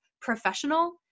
professional